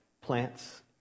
plants